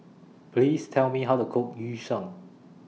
Please Tell Me How to Cook Yu Sheng